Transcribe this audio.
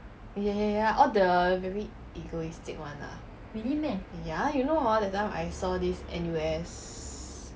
ya ya ya all the very egoistic one lah ya you know hor that time I saw this N_U_S